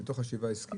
מתוך חשיבה עסקית?